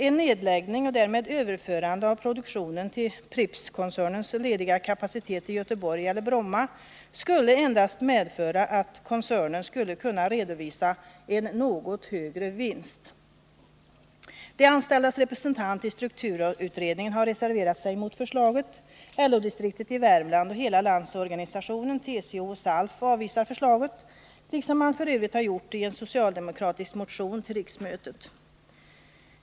En nedläggning och därmed överförande av produktionen till Prippskoncernens lediga kapacitet i Göteborg eller Bromma skulle endast medföra att koncernen kunde redovisa en något högre vinst. De anställdas representant i strukturutredningen har reserverat sig mot förslaget. LO-distriktet i Värmland och hela Landsorganisationen, TCO och SALF avvisar förslaget liksom man f. ö. gjort i en socialdemokratisk motion till riksmötet.